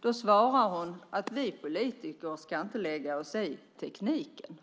Då svarade hon att vi politiker inte ska lägga oss i tekniken.